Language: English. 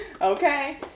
Okay